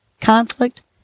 conflict